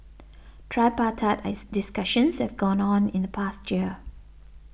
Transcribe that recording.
tripartite as discussions have gone on in the past year